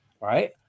Right